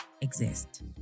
exist